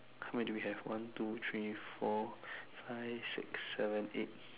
how many do we have one two three four five six seven eight